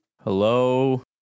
Hello